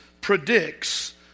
predicts